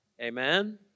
Amen